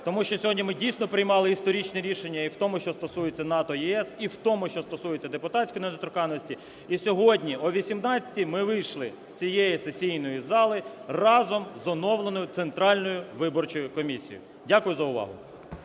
тому що сьогодні ми, дійсно, приймали історичне рішення і в тому, що стосується НАТО-ЄС, і в тому, що стосується депутатської недоторканності, і сьогодні о 18-й ми вийшли з цієї сесійної зали разом з оновленою Центральною виборчою комісією. Дякую за увагу.